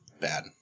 bad